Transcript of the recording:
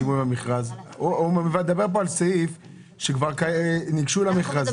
אתה מדבר על סעיף שכבר ניגשו למכרז.